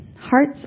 Hearts